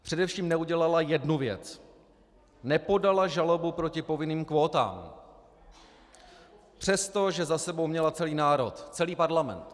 Především neudělala jednu věc: Nepodala žalobu proti povinným kvótám, přestože za sebou měla celý národ, celý parlament.